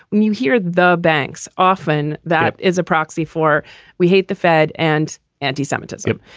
when you hear the banks, often that is a proxy for we hate the fed and anti-semitism.